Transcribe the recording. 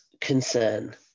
concern